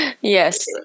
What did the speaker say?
yes